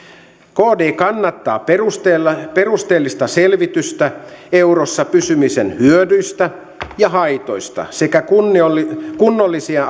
kd kannattaa perusteellista selvitystä eurossa pysymisen hyödyistä ja haitoista sekä kunnollisia kunnollisia